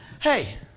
hey